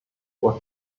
was